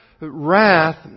Wrath